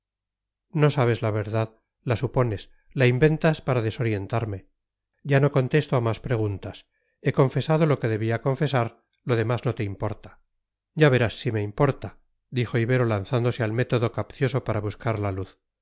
no sabes la verdad la supones la inventas para desorientarme ya no contesto a más preguntas he confesado lo que debía confesar lo demás no te importa ya verás si me importa dijo ibero lanzándose al método capcioso para buscar la luz